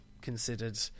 considered